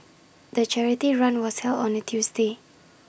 the charity run was held on A Tuesday